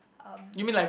um